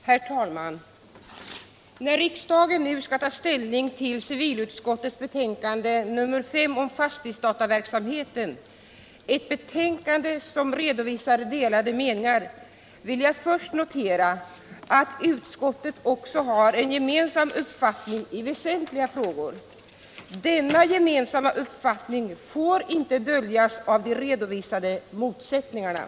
Herr talman! När riksdagen nu skall ta ställning till civilutskottets betänkande nr 5 om fastighetsdataverksamheten — ett betänkande som redovisar delade meningar — vill jag först notera att utskottet också har en gemensam uppfattning i väsentliga frågor. Denna gemensamma uppfattning tår inte döljas av de redovisade motsättningarna.